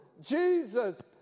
Jesus